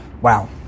Wow